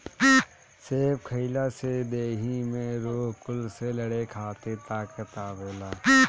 सेब खइला से देहि में रोग कुल से लड़े खातिर ताकत आवेला